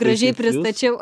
gražiai pristačiau